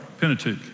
Pentateuch